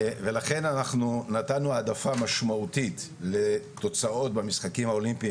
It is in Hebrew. ולכן אנחנו נתנו העדפה משמעותית לתוצאות במשחקים האולימפיים,